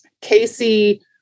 Casey